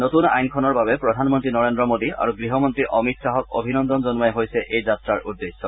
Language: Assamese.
নতূন আইনখনৰ বাবে প্ৰধানমন্তী নৰেদ্ৰ মোদী আৰু গৃহমন্ত্ৰী অমিত শ্বাহক অভিনন্দন জনোৱাই হৈছে এই যাত্ৰাৰ উদ্দেশ্য